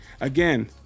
again